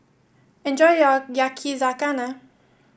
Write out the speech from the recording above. enjoy your Yakizakana